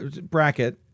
bracket